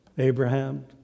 Abraham